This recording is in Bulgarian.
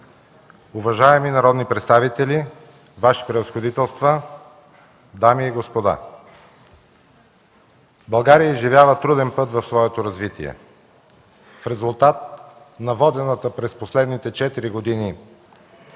уважаеми народни представители, Ваши Превъзходителства, дами и господа! България изживява труден път в своето развитие. В резултат на водената през последните 4 години